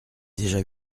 déjà